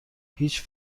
هیچ